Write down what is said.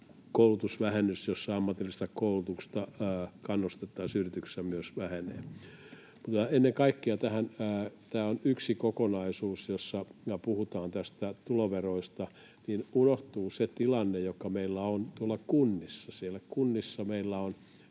Koulutusvähennys, jolla yrityksille kannustetaan ammatillista koulutusta, myös vähenee. Mutta ennen kaikkea, kun tämä on yksi kokonaisuus, jossa puhutaan näistä tuloveroista, unohtuu se tilanne, joka meillä on tuolla kunnissa. Siellä kunnissa meillä on